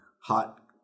hot